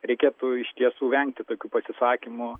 reikėtų iš tiesų vengti tokių pasisakymų